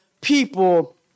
people